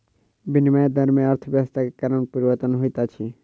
विनिमय दर में अर्थव्यवस्था के कारण परिवर्तन होइत अछि